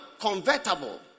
convertible